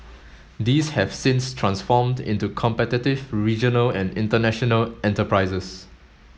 these have since transformed into competitive regional and international enterprises